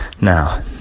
Now